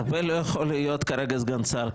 ארבל לא יכול להיות כרגע סגן שר,